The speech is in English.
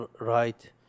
right